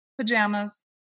pajamas